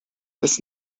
des